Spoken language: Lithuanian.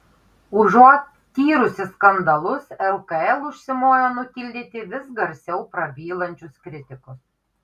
užuot tyrusi skandalus lkl užsimojo nutildyti vis garsiau prabylančius kritikus